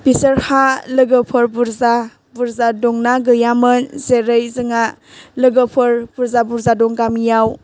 बिसोरहा लोगोफोर बुरजा बुरजा दंना गैयामोन जेरै जोंहा लोगोफोर बुरजा बुरजा दं गामियाव